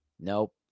nope